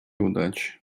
удачи